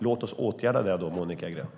Låt oss åtgärda det då, Monica Green.